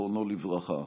זיכרונו לברכה.